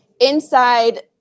Inside